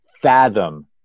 fathom